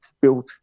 built